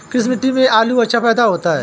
किस मिट्टी में आलू अच्छा पैदा होता है?